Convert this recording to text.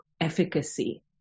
efficacy